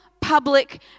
public